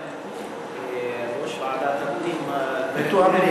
כבוד השר, ראש ועדת הפנים, מירי,